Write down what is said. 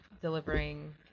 delivering